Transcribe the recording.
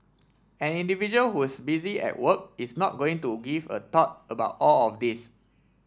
an individual who's busy at work is not going to give a thought about all of this